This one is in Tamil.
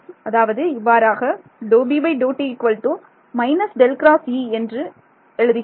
அதாவது இவ்வாறாக நான் எழுதுகிறேன்